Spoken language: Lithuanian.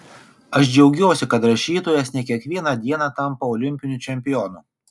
aš džiaugiuosi kad rašytojas ne kiekvieną dieną tampa olimpiniu čempionu